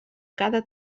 cada